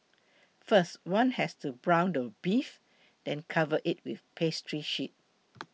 first one has to brown the beef then cover it with a pastry sheet